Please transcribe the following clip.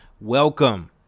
Welcome